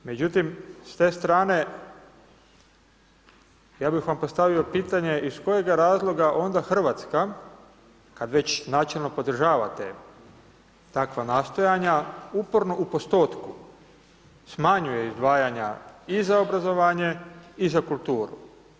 Međutim, s te strane, ja bi vam postavio pitanje, iz kojega razloga onda Hrvatska, kad već načelno podržavate takva nastojanja, uporno u postotku, smanjuje izdvajanja i za obrazovanje i za kulturu.